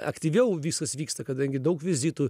aktyviau viskas vyksta kadangi daug vizitų